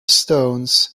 stones